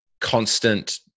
constant